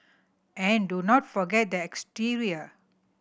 and do not forget the exterior